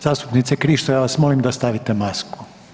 Zastupnice Krišto ja vas molim da stavite masku.